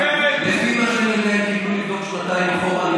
הם קיבלו לבדוק שנתיים אחורה.